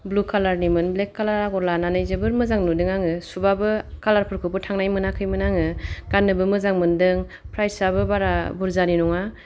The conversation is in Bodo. ब्लु कालार निमोन ब्लेक कालार आगर लानानै जोबोर मोजां नुदों आङो सुबाबो कालार फोरखौबो थांनाय मोनाखैमोन आङो गाननोबो मोजां मोनदों प्राइस आबो बारा बुरजानि नङा